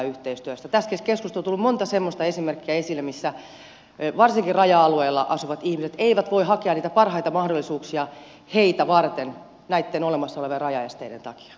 tässäkin keskustelussa on tullut monta semmoista esimerkkiä esille missä varsinkin raja alueella asuvat ihmiset eivät voi hakea niitä parhaita mahdollisuuksia heitä varten näitten olemassa olevien rajaesteiden takia